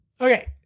Okay